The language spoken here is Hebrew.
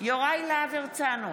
יוראי להב הרצנו,